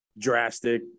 drastic